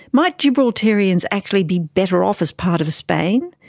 might gibraltarians actually be better off as part of spain?